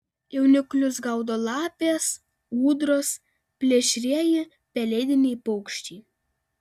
jauniklius gaudo lapės ūdros plėšrieji pelėdiniai paukščiai